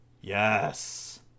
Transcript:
Yes